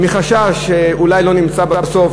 מחשש שאולי לא נמצא בסוף,